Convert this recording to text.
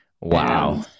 Wow